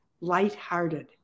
lighthearted